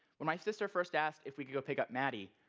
when my sister first asked if we could go pick up maddie,